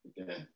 okay